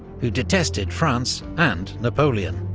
who detested france and napoleon.